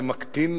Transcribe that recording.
זה מקטין